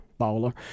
baller